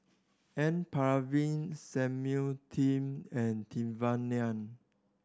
N Palanivelu Samuel and Devan Nair